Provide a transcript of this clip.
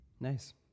Nice